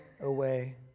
away